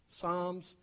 Psalms